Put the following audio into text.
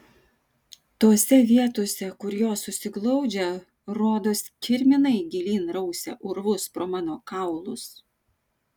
tose vietose kur jos susiglaudžia rodos kirminai gilyn rausia urvus pro mano kaulus